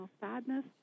sadness